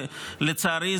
ולצערי,